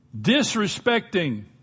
disrespecting